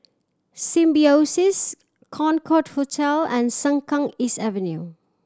Symbiosis Concorde Hotel and Sengkang East Avenue